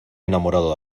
enamorado